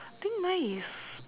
I think mine is